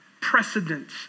precedence